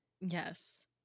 Yes